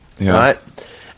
right